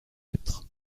être